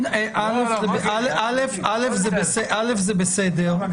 זה בסדר.